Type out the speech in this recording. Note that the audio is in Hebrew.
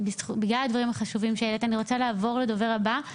בגלל הדברים החשובים שהעלית אני רוצה לעבור לדוברת הבאה